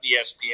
ESPN